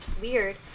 weird